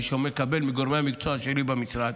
אני מקבל מגורמי המקצוע שלי במשרד